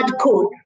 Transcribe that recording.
code